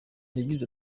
yagize